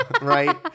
right